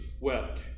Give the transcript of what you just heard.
wept